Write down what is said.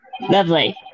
Lovely